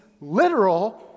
literal